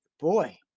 boy